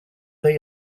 they